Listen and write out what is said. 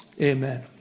Amen